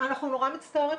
אנחנו נורא מצטערים,